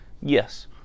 Yes